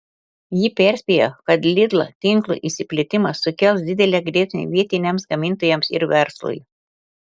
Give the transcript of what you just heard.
ji perspėja kad lidl tinklo išsiplėtimas sukels didelę grėsmę vietiniams gamintojams ir verslui